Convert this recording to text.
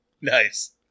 Nice